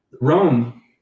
Rome